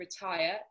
retire